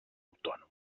autònoma